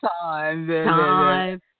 time